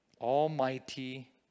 Almighty